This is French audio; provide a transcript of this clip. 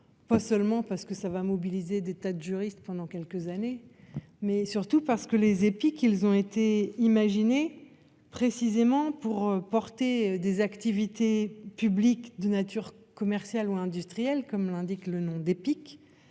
Pas seulement parce que ça va mobiliser des tas de juriste pendant quelques années, mais surtout parce que les épis, qu'ils ont été imaginés. Précisément pour porter des activités publiques de nature commerciale ou industrielle comme l'indique le nom des